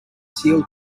teal